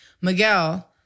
Miguel